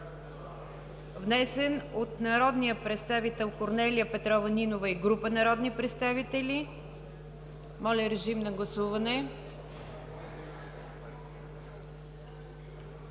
внесен от народния представител Корнелия Петрова Нинова и група народни представители. Гласували